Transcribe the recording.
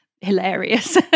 hilarious